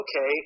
okay